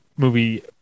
Movie